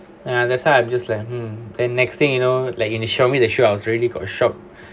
ya that's why I'm just like hmm and next thing you know like when you show me the shoe I was really got shocked